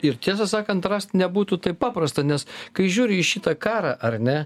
ir tiesą sakant rast nebūtų taip paprasta nes kai žiūri į šitą karą ar ne